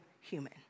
human